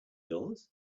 dollars